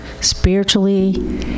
spiritually